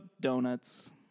donuts